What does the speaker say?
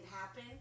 happen